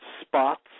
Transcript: spots